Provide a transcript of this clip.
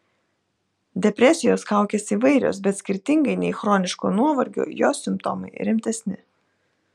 depresijos kaukės įvairios bet skirtingai nei chroniško nuovargio jos simptomai rimtesni